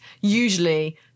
usually